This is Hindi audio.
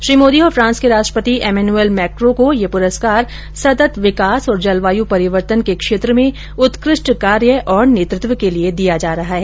श्री मोदी और फ्रांस के राष्ट्रपति एमेनुअल मैक्रों को यह प्रस्कार सतत विकास और जलवायू परिवर्तन के क्षेत्र में उत्कृष्ट कार्य और नेतृत्व के लिए दिया जा रहा है